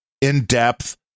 in-depth